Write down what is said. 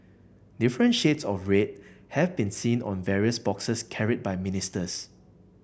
different shades of red have been seen on various boxes carried by ministers